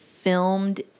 filmed